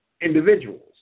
individuals